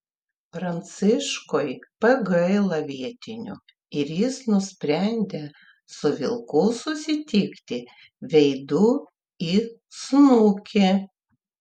pranciškui pagailo vietinių ir jis nusprendė su vilku susitikti veidu į snukį